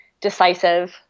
decisive